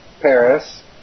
Paris